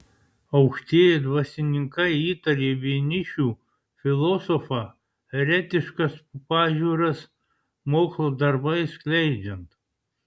aukštieji dvasininkai įtarė vienišių filosofą eretiškas pažiūras mokslo darbais skleidžiant